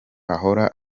ahora